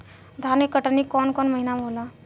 धान के कटनी कौन महीना में होला?